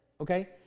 Okay